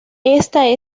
esta